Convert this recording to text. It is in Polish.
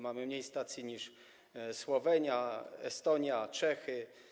Mamy mniej stacji niż Słowenia, Estonia, Czechy.